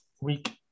week